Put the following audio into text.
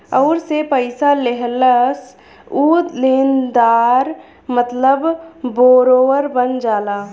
अउर जे पइसा लेहलस ऊ लेनदार मतलब बोरोअर बन जाला